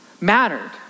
mattered